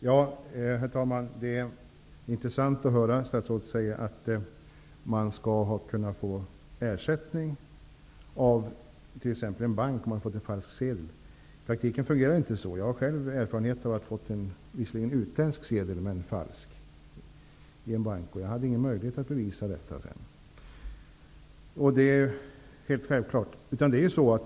Herr talman! Det är intressant att höra att statsrådet säger att man skall kunna få ersättning av t.ex. en bank om man har fått en falsk sedel. I praktiken fungerar det inte så. Jag har själv erfarenhet av att ha fått en, visserligen utländsk, falsk sedel i en bank, och jag hade sedan ingen möjlighet att bevisa det.